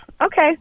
Okay